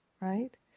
right